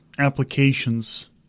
applications